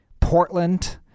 Portland